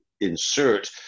insert